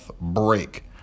break